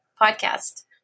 podcast